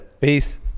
Peace